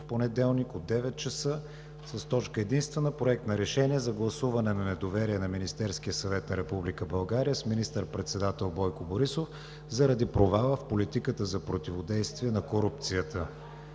понеделник, от 9,00 ч. с точка единствена: „Проект на решение за гласуване на недоверие на Министерския съвет на Република България, с министър председател Бойко Борисов, заради провала в политиката за противодействие на корупцията.“